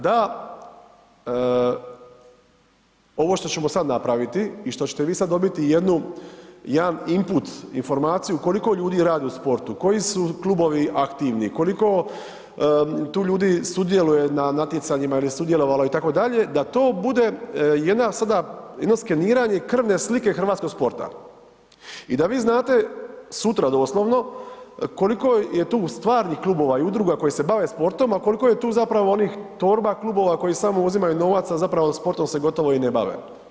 Da ovo što ćemo sad napraviti i što ćete vi sad dobiti jednu, jedan input, informaciju koliko ljudi radi u sportu, koji su klubovi aktivni, koliko tu ljudi sudjelovalo na natjecanjima jer je sudjelovalo, itd., da tu bude jedna sada, jedno skreniranje krvne slike hrvatskog sporta i da bi znate, sutra doslovno koliko je tu stvarnih klubova i udruga koje se bave sportom, a koliko je tu zapravo onih torba, klubova koji samo uzimaju novac, a zapravo sportom se gotovo i ne bave.